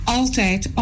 altijd